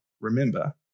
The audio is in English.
remember